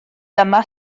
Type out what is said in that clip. dyma